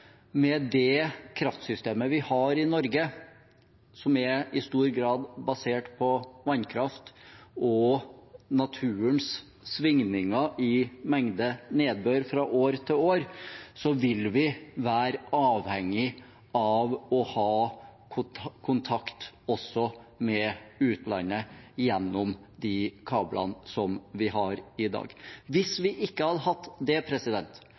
med det kraftsystemet vi har i Norge, som i stor grad er basert på vannkraft og naturens svingninger i mengde nedbør fra år til år, vil vi være avhengige av å ha kontakt også med utlandet gjennom de kablene som vi har i dag. Hvis vi ikke hadde hatt det,